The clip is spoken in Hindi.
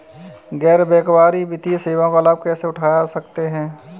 गैर बैंककारी वित्तीय सेवाओं का लाभ कैसे उठा सकता हूँ?